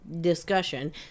discussion